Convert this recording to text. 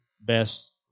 best